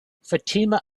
fatima